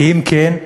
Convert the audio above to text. כי אם כן,